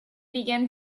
began